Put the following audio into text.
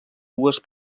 dues